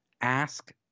ask